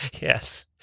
Yes